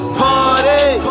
party